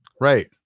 right